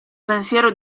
pensiero